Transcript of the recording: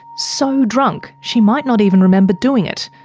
so drunk she might not even remember doing it?